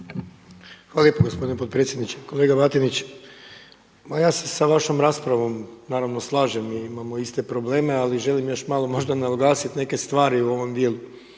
Hvala lijepo gospodine potpredsjedniče. Kolega Batinić. Ma ja se sa vašom raspravom naravno slažem i imamo iste probleme, ali želim još malo naglasiti neke stvari u ovom dijelu.